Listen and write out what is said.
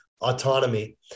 autonomy